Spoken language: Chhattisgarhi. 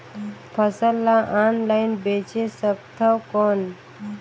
फसल ला ऑनलाइन बेचे सकथव कौन?